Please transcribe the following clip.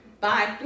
Bye